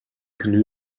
canoe